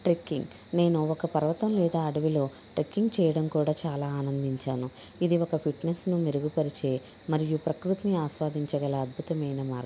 trekking నేను ఒక పర్వతం లేదా అడివిలో ట్రెక్కింగ్ చేయడం కూడా చాలా ఆనందించాను ఇది ఒక ఫిట్నెస్ను మెరుగుపరిచే మరియు ప్రకృతిని ఆస్వాదించగల అద్భుతమైన మార్గం